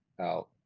out